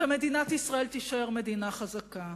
ומדינת ישראל תישאר מדינה חזקה,